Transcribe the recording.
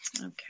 okay